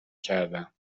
کردم